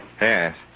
Yes